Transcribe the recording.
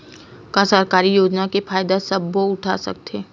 का सरकारी योजना के फ़ायदा सबो उठा सकथे?